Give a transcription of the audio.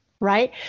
right